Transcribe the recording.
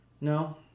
No